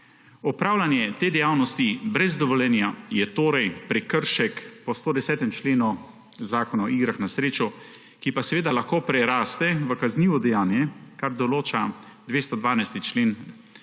Opravljanje te dejavnosti brez dovoljenja je prekršek po 110. členu Zakona o igrah na srečo, ki pa lahko preraste v kaznivo dejanje, kar določa 212. člen Kazenska